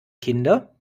kinder